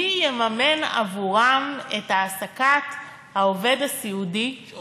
מי יממן עבורם את העסקת העובד הסיעודי שהוא,